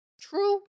True